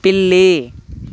పిల్లి